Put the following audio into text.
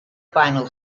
final